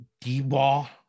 D-ball